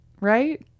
right